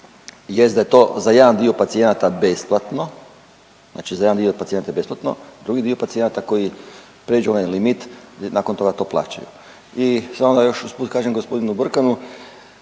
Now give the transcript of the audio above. znači za jedan dio pacijenata je besplatno, drugi dio pacijenata koji pređu onaj limit nakon toga to plaćaju. I samo da još usput kažem gospodinu Brkanu,